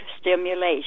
stimulation